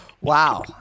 Wow